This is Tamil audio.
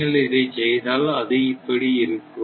நீங்கள் இதைச் செய்தால் அது இப்படி இருக்கும்